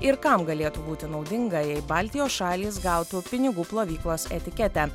ir kam galėtų būti naudinga jei baltijos šalys gautų pinigų plovyklos etiketę